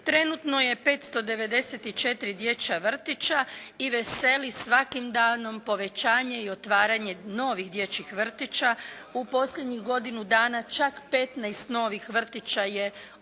Trenutno je 594 dječja vrtića i veseli svakim danom povećanje i otvaranje novih dječjih vrtića. U posljednjih godinu dana čak 15 novih vrtića je otvoreno